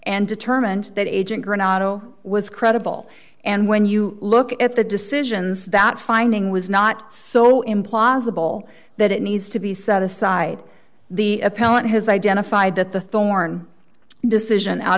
and determined that agent granado was credible and when you look at the decisions that finding was not so implausible that it needs to be set aside the appellant has identified that the thorn decision out